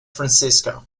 francisco